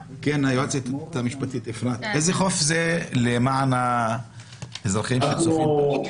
איזה חוף זה, למען האזרחים שצופים?